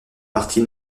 partie